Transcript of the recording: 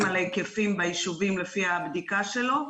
על ההיקפים ביישובים לפי הבדיקה שלו.